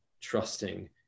trusting